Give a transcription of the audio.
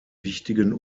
wichtigen